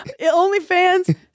OnlyFans